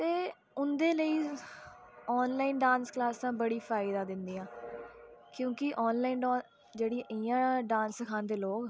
ते उं'दे लेई आनलाइन डांस क्लासां बड़ी फायदा दिंदियां क्योंकि आनलाइन जेह्ड़ी इयां डांस सखांदे लोक